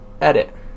edit